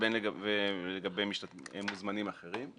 ובין לגבי מוזמנים אחרים.